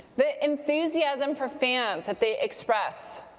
the enthusiasm for fans that they express.